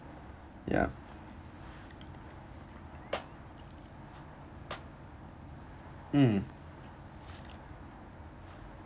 ya mmhmm